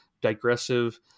digressive